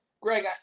Greg